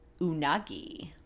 Unagi